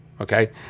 Okay